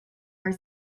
are